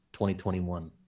2021